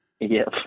Yes